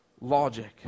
logic